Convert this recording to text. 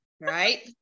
right